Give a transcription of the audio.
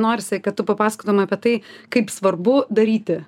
norisi kad tu papasakotum apie tai kaip svarbu daryti